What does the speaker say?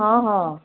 ହଁ ହଁ